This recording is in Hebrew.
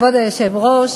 כבוד היושב-ראש,